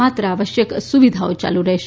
માત્ર આવશ્યક સુવિધાઓ ચાલુ રહેશે